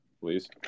Please